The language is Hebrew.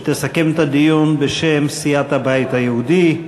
שתסכם את הדיון בשם סיעת הבית היהודי.